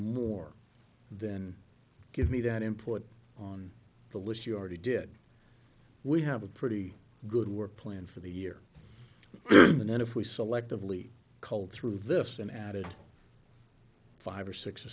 more than give me that import on the list you already did we have a pretty good work plan for the year and then if we selectively cull through this an added five or six or